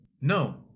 No